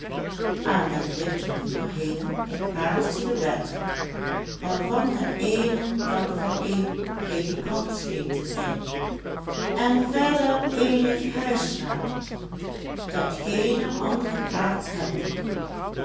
aan den witten muur hingen een paar silhouetten waarvan het eene dat van een predikant scheen te zijn en verder eenig huisraad dat geene andere plaats hebben kon